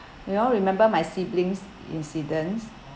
you all remember my siblings incidents